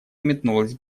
метнулась